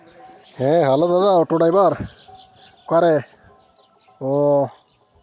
ᱦᱮᱸ ᱦᱮᱞᱳ ᱫᱟᱫᱟ auto driver ᱚᱠᱟᱨᱮ ᱚ